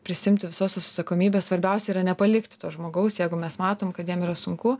prisiimti visos atsakomybės svarbiausia yra nepalikti to žmogaus jeigu mes matom kad jam yra sunku